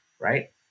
right